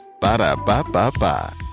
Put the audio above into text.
Ba-da-ba-ba-ba